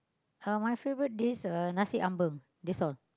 uh my favorite dish uh Nasi-Ambeng that's all